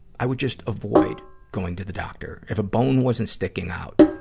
i would just avoid going to the doctor. if a bone wasn't sticking out,